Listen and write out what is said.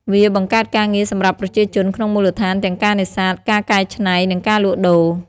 វាបង្កើតការងារសម្រាប់ប្រជាជនក្នុងមូលដ្ឋានទាំងការនេសាទ ការកែច្នៃ និងការលក់ដូរ។